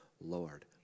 Lord